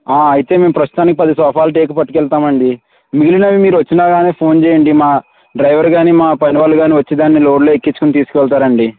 ఆ అయితే మేము ప్రస్తుతానికి పది సోఫాల టేకు పట్టుకెళ్తామండీ మిగిలినవి మీరు వచ్చినా కానీ ఫోన్ చేయండీ మా డ్రైవరు కానీ మా పనివాళ్ళు కానీ వచ్చి దాన్ని లోడ్లో ఎక్కించుకు తీసుకెళ్తారండీ